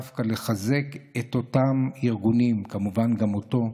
לחזק דווקא את אותם ארגונים, כמובן גם אותו,